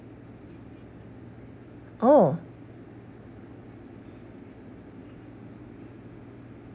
oh